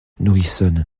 nourrissonne